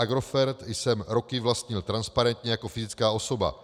Agrofert jsem roky vlastnil transparentně jako fyzická osoba.